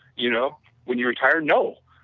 you know when you retire? no.